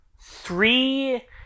Three